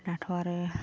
दाथ' आरो